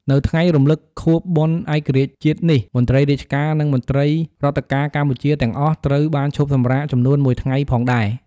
នៅថ្ងៃរំលឹកខួបបុណ្យឯករាជ្យជាតិនេះ មន្ត្រីរាជការ និង មន្ត្រីរដ្ឋការកម្ពុជាទាំងអស់ត្រូវបានឈប់សំរាកចំនួន ១ថ្ងៃផងដែរ ។